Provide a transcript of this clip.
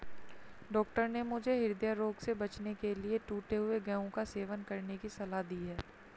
doctor ने मुझे हृदय रोग से बचने के लिए टूटे हुए गेहूं का सेवन करने की सलाह दी है